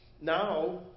Now